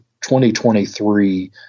2023